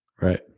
right